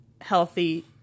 healthy